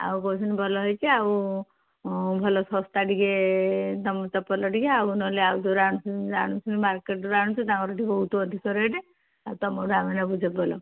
ଆଉ କହୁଛନ୍ତି ଭଲ ହୋଇଛି ଆଉ ଭଲ ଶସ୍ତା ଟିକେ ତ ତପଲ ଟିକେ ଆଉ ନହେଲେ ଆଉ ଯୋଉ ଆଣୁ ଜଣୁଛନ୍ତି ମାର୍କେଟରୁ ଆଣୁଛୁ ତାଙ୍କର ଟିକେ ବହୁତ ଅଧିକ ରେଟ୍ ଆଉ ତୁମଠୁ ଆମେ ନେବୁ ଚପଲ